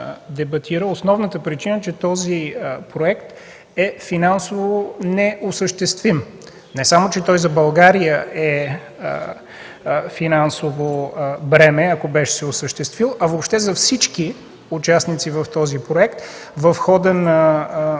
основната причина е, че този проект е финансово неосъществим. Не само че той за България е финансово бреме, ако се беше осъществил, а въобще за всички участници в този проект в хода на